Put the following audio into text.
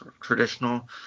traditional